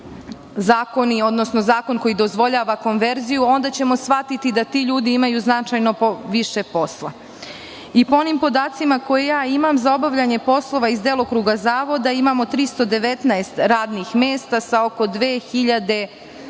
zakon koji dozvoljava konverziju, onda ćemo shvatiti da ti ljudi imaju značajno više posla. Po onim podacima koje ima, za obavljanje poslova iz delokruga zavoda imamo 319 radnih mesta sa oko 2700